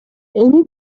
эми